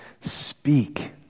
speak